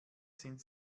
sind